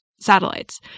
satellites